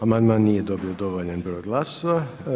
Amandman nije dobio dovoljan broj glasova.